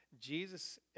Jesus